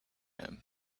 him